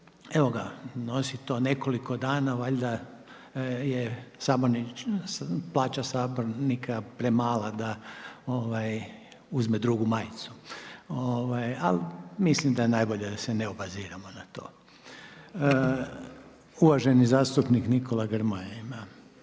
evo ga, nosi to nekoliko dana, valjda je plaća sabornika premala da uzme drugu majicu. Ali mislim da je najbolje da se ne obaziremo na to. Uvaženi zastupnik Nikola Grmoja.